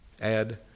Add